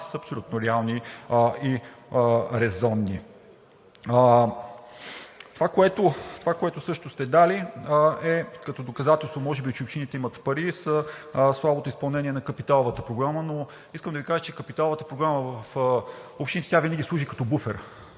са абсолютно реални и резонни. Това, което също сте дали, е като доказателство може би, че общините имат пари – слабото изпълнение на капиталовата програма, но искам да Ви кажа, че капиталовата програма в общините винаги служи като буфер.